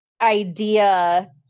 idea